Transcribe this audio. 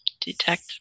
detect